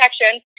protection